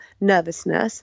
nervousness